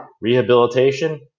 rehabilitation